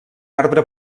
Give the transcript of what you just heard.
arbre